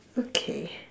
okay